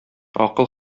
акыл